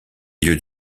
lieux